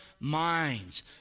minds